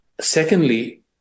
Secondly